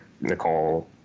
nicole